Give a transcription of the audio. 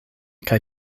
kaj